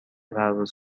پرواز